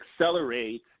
accelerate